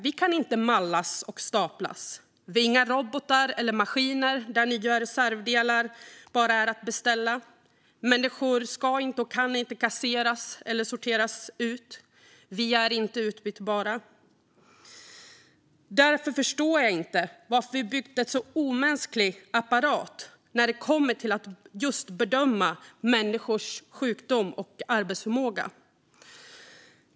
Vi kan inte mallas och staplas. Vi är inga robotar eller maskiner där nya reservdelar bara är att beställa. Människor ska inte och kan inte kasseras eller sorteras ut. Vi är inte utbytbara. Därför förstår jag inte varför vi byggt en så omänsklig apparat när det kommer till att just bedöma människors sjukdom och arbetsförmåga.